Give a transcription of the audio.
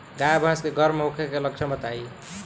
गाय भैंस के गर्म होखे के लक्षण बताई?